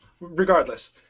Regardless